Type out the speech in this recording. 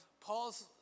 Paul's